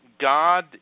God